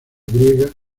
griega